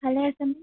ভালে আছেনে